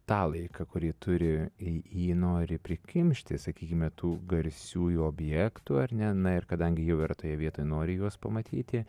tą laiką kurį turi jį jį nori prikimšti sakykime tų garsiųjų objektų ar ne na ir kadangi jau yra toje vietoje nori juos pamatyti